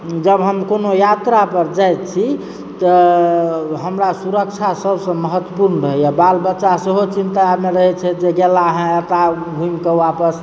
जब हम कोनो यात्रा पर जाइ छी तऽ हमरा सुरक्षा सभसँ महत्वपूर्ण रहयए बाल बच्चा सेहो चिन्तामऽ रहैत छथि जे गेलाह एता घुमिके आपस